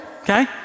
okay